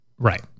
Right